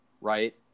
right